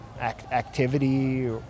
activity